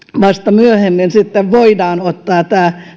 vasta myöhemmin sitten voidaan ottaa tämä